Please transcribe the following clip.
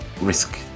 risk